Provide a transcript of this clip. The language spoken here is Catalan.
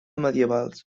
medievals